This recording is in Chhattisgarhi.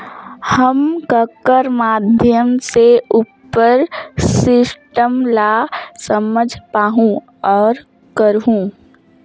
हम ककर माध्यम से उपर सिस्टम ला समझ पाहुं और करहूं?